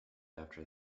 after